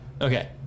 Okay